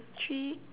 um three